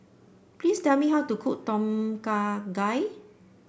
please tell me how to cook Tom Kha Gai